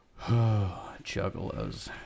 Juggalos